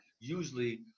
usually